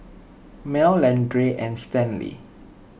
Mel Leandra and Stanley